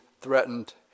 threatened